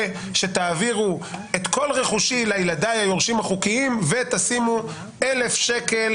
שתעבירו את כל רכושי לילדיי היורשים החוקיים ותתרמו 1,000 שקל